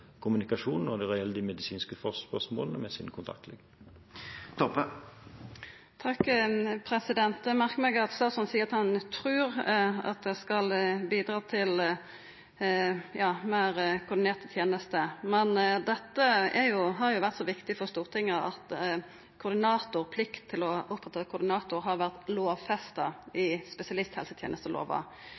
med sin kontaktlege når det gjelder de medisinske spørsmålene. Eg merka meg at statsråden seier at han trur at det skal bidra til meir koordinerte tenester. Dette har vore så viktig for Stortinget at plikt til å oppretta ein koordinator har vore lovfesta i spesialisthelsetenestelova.